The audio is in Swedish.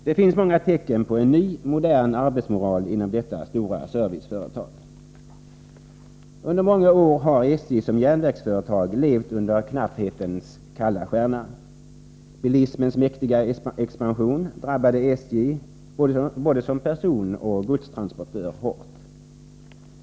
Det finns många tecken på en ny, modern arbetsmoral inom detta stora serviceföretag. Under många år har SJ som järnvägsföretag levt under knapphetens kalla stjärna — bilismens mäktiga expansion drabbade SJ både som personoch som godstransportör hårt.